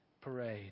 parade